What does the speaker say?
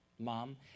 mom